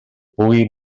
pugui